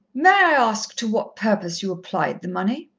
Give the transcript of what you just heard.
may i ask to what purpose you applied the money?